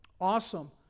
Awesome